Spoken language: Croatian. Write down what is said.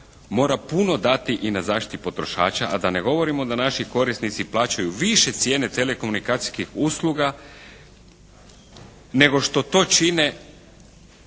mora puno dati i na zaštiti potrošača, a da ne govorimo da naši govornici plaćaju više cijene telekomunikacijskih usluga nego što to čine